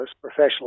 professional